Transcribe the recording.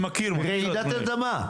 רעידת אדמה.